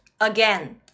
Again